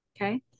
Okay